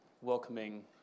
welcoming